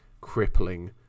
crippling